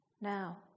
Now